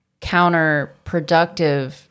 counterproductive